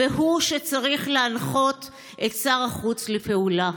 והוא שצריך להנחות את שר החוץ לפעולה.